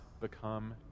become